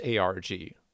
ARG